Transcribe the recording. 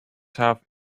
have